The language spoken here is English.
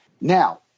Now